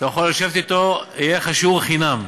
אתה יכול לשבת אתו, יהיה לך שיעור חינם.